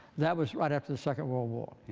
that was right after the second world war.